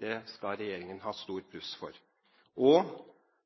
Det skal regjeringen ha et stort pluss for.